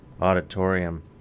auditorium